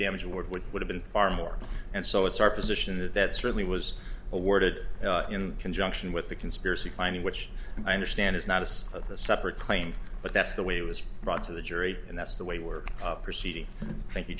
damage award would would have been far more and so it's our position is that certainly was awarded in conjunction with the conspiracy finding which i understand is not as of the separate claim but that's the way it was brought to the jury and that's the way we're proceeding thank you